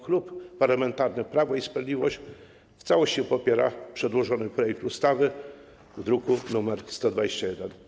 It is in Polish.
Klub Parlamentarny Prawo i Sprawiedliwość w całości popiera przedłożony projekt ustawy, druk nr 121.